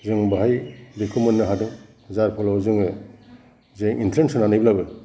जों बेहाय जेखौ मोननो हादों जाय फलाव जोङो जे एनथ्रेन्स होनानैब्लाबो